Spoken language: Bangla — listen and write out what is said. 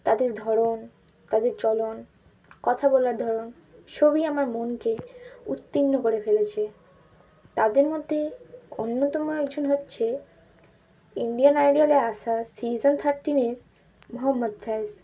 তাদের ধরন তাদের চলন কথা বলার ধরন সবই আমার মনকে উত্তীর্ণ করে ফেলেছে তাদের মধ্যে অন্যতম একজন হচ্ছে ইন্ডিয়ান আইডলে আসা সিজন থার্টিনের মোহাম্মদ ফ্যজ